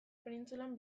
penintsulan